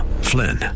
Flynn